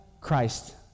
Christ